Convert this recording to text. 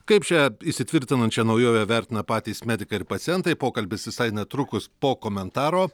kaip šią įsitvirtinančią naujovę vertina patys medikai ir pacientai pokalbis visai netrukus po komentaro